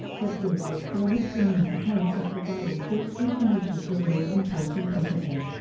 but guilty of four misdemeanor counts of providing false information to a law enforcement officer.